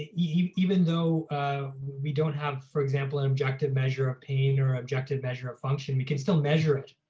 even though we don't have, for example, an objective measure of pain or objective measure of function, we can still measure it.